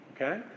Okay